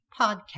Podcast